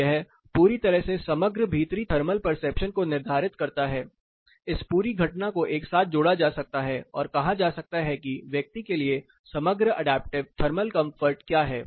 तो यह पूरी तरह से समग्र भीतरी थर्मल परसेप्शन को निर्धारित करता है इस पूरी घटना को एक साथ जोड़ा जा सकता है और कहा जा सकता है कि व्यक्ति के लिए समग्र अडैप्टिव थर्मल कंफर्ट क्या है